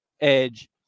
edge